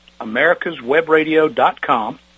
AmericasWebRadio.com